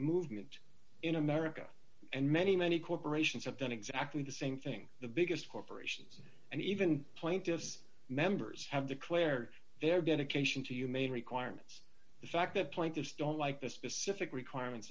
movement in america and many many corporations have done exactly the same thing the biggest corporations and even plaintiffs members have declared their dedication to you made requirements the fact that point is don't like the specific requirements